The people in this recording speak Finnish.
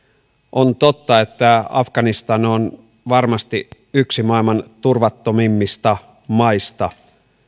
on totta että afganistan on varmasti yksi maailman turvattomimmista maista